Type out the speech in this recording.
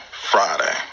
Friday